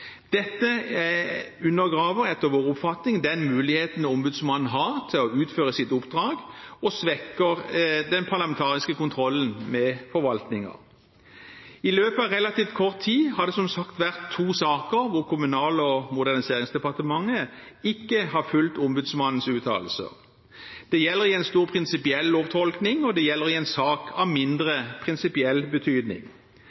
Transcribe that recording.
Dette undergraver etter vår oppfatning den muligheten ombudsmannen har til å utføre sitt oppdrag, og svekker den parlamentariske kontrollen med forvaltningen. I løpet av relativt kort tid har det som sagt vært to saker hvor Kommunal- og moderniseringsdepartementet ikke har fulgt ombudsmannens uttalelser. Det gjelder i en stor prinsipiell lovtolking, og det gjelder i en sak av